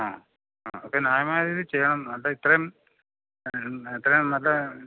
ആ ആ ഒക്കെ ന്യായമായ രീതിയിൽ ചെയ്യണം ഇത്രയും എത്രയും നല്ല